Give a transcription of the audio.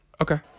Okay